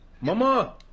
Mama